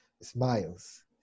smiles